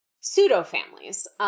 pseudo-families